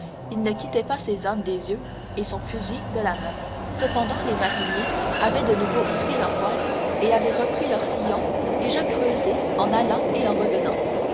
il ne quittait pas ces hommes des yeux et son fusil de la main cependant les mariniers avaient de nouveau hissé leurs voiles et avaient repris leur sillon déjà creusé en allant et en revenant